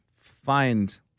find